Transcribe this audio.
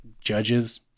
judges